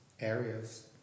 areas